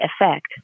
effect